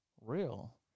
real